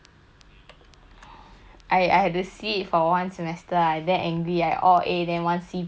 I I had a C for one semester I damn angry I all A then one C plus leh I was so angry eh